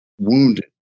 wounded